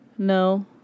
No